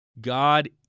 God